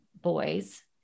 boys